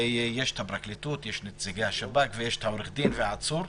יש פרקליטות, יש נציגי השב"כ, יש עורך דין ועצור,